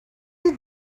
you